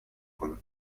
کند